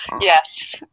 yes